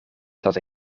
zat